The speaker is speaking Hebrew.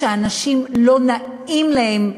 לכך שאנשים לא נעים להם,